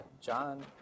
John